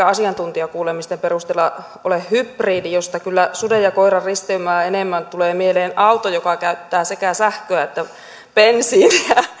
asiantuntijakuulemisten perusteella ole hybridi josta kyllä suden ja koiran risteymää enemmän tulee mieleen auto joka käyttää sekä sähköä että bensiiniä